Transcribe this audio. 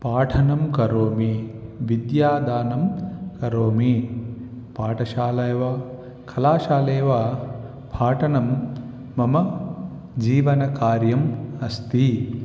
पाठनं करोमि विद्यादानं करोमि पाठशाला वा कलाशाला वा पाठनं मम जीवनकार्यम् अस्ति